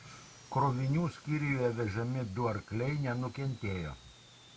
krovinių skyriuje vežami du arkliai nenukentėjo